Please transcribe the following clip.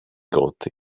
got